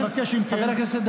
אני מבקש, אם כן,